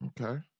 Okay